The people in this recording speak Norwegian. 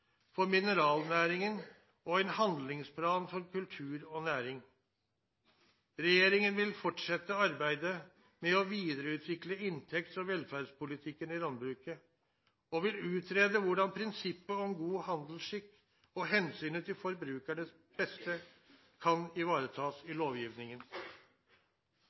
for mineralnæringen og en handlingsplan for kultur og næring. Regjeringen vil fortsette arbeidet med å videreutvikle inntekts- og velferdspolitikken i landbruket og vil utrede hvordan prinsippet om god handelsskikk og hensynet til forbrukerne best kan ivaretas i lovgivningen.